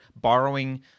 borrowing